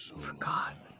Forgotten